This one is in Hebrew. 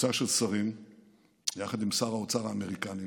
קבוצה של שרים יחד עם שר האוצר האמריקאי,